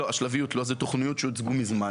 לא, השלביות לא, זה תכניות שהוצגו מזמן